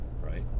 Right